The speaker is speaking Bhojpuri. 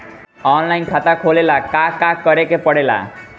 ऑनलाइन खाता खोले ला का का करे के पड़े ला?